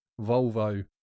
Volvo